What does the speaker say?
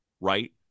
right